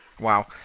Wow